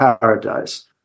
paradise